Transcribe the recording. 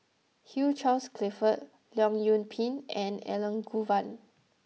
Hugh Charles Clifford Leong Yoon Pin and Elangovan